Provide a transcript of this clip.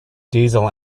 diesel